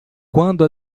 quando